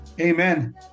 Amen